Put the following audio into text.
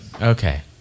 okay